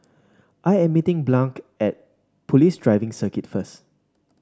I am meeting at Police Driving Circuit first